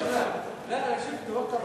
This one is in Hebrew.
בדכ תרג'ע?